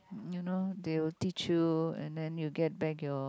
you know they will teach you and then you get back your